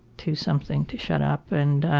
too something to shut up. and,